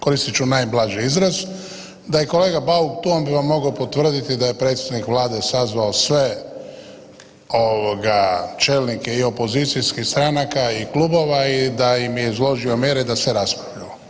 Koristit ću najblaži izraz, da je kolega Bauk tu, on bi vam mogao potvrditi da je predsjednik Vlade sazvao sve ovoga čelnike i opozicijskih stranaka i klubova i da im je izložio mjere da se raspravljamo.